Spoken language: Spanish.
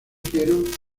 quiero